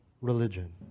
religion